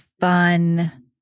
fun